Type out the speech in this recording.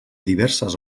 diverses